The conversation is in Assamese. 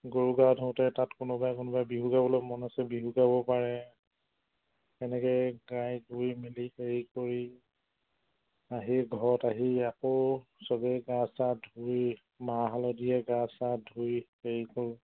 গৰু গা ধোওঁতে তাত কোনোবাই কোনোবাই বিহু গাবলৈ মন আছে বিহু গাব পাৰে তেনেকৈ গাই ধুই মেলি হেৰি কৰি আহি ঘৰত আহি আকৌ সবেই গা চা ধুই মাহ হালধিৰে গা চা ধুই হেৰি কৰোঁ